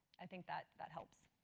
i think that that helps.